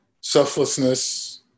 selflessness